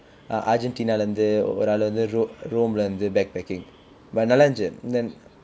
ah argentina இல்ல இருந்து ஒரு ஆளு வந்து:illa irunthu oru aalu vanthu rome இல்ல இருந்து:illa irunthu backpacking but நல்லா இருந்துச்சு:nallaa irunthucchu